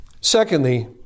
Secondly